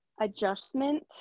adjustment